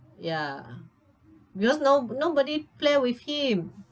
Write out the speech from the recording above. ya because no nobody play with him